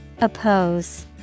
Oppose